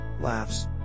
laughs